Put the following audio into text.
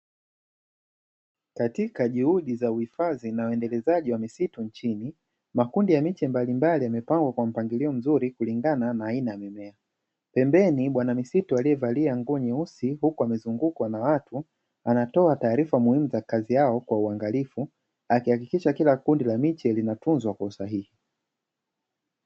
Katika juhudi za uhifadhi na uendelezaji wa misitu nchini makundi ya miche mbalimbali, yamepangwa kwa mpangilio mzuri kulingana na aina ya mimea pembeni bwana misitu aliyevalia nguo nyeusi uku amezungukwa na watu anatoa taarifa muhimu za kazi yao kwa uangalifu akiakikisha kila kundi la miche linatunzwa kwa usahihi.